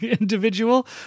individual